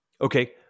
Okay